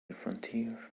frontier